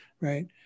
right